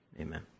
amen